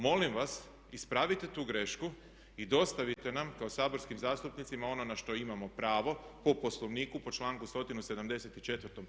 Molim vas ispravite tu grešku i dostavite nam kao saborskim zastupnicima ono na što imamo pravo po Poslovniku po članku 174.